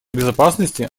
безопасности